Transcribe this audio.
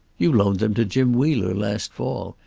you loaned them to jim wheeler last fall.